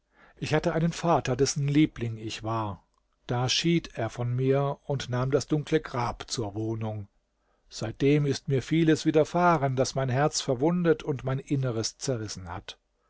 ich hatte einen vater dessen liebling ich war da schied er von mir und nahm das dunkle grab zur wohnung seitdem ist mir vieles widerfahren das mein herz verwundet und mein inneres zerrissen hat